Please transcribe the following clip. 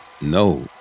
No